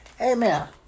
Amen